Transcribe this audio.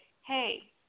hey